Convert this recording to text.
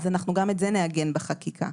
גם את זה אנחנו נעגן בחקיקה.